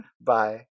Bye